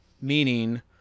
meaning